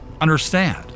understand